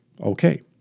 okay